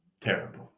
terrible